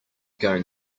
going